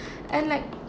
and like